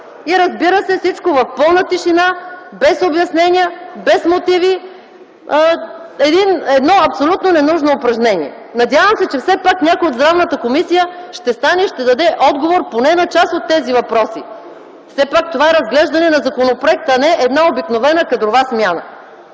И, разбира се, всичко в пълна тишина, без обяснения, без мотиви – едно абсолютно ненужно упражнение. Надявам се, че все пак някой от Правната комисия ще стане и ще даде отговор поне на част от тези въпроси. Все пак това е разглеждане на законопроект, а не една обикновена кадрова смяна.